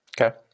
Okay